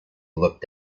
looked